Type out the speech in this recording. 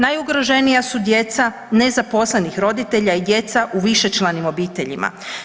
Najugroženija su djeca nezaposlenih roditelja i djeca u višečlanim obiteljima.